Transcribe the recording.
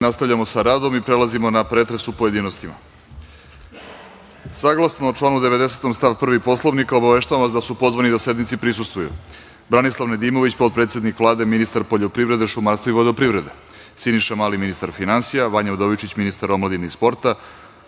nastavljamo sa radom i prelazimo na pretres u pojedinostima. Saglasno članu 90. stav 1. Poslovnika, obaveštavam vas da su pozvani da sednici prisustvuju: Branislav Nedimović, potpredsednik Vlade i ministar poljoprivrede, šumarstva i vodoprivrede, Siniša Mali, ministar finansija, Vanja Udovičić, ministar omladine i sporta,